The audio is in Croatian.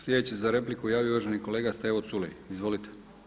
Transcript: Sljedeći se za repliku javio uvaženi kolega Stevo Culej, izvolite.